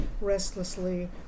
restlessly